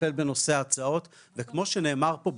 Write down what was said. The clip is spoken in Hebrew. לטפל בנושא ההצעות וכמו שנאמר פה,